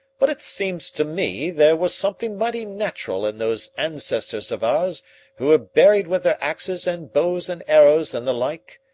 but it seems to me there was somethin' mighty natural in those ancestors of ours who were buried with their axes and bows and arrows and the like,